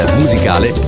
musicale